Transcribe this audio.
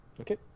Okay